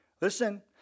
Listen